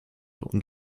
und